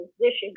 position